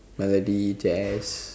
Melody Jazz